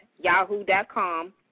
yahoo.com